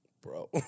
Bro